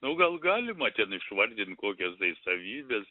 nu gal galima ten išvardint kokias savybes